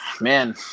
man